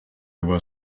were